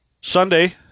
Sunday